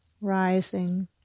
rising